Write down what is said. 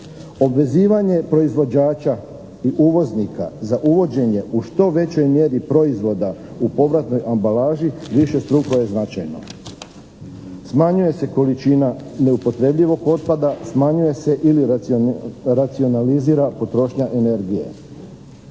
Obvezivanje proizvođača i uvoznika za uvođenje u što većoj mjeri proizvoda u povratnoj ambalaži višestruko je značajno. Smanjuje se količina neupotrebljivog otpada, smanjuje se ili racionalizira potrošnja energije.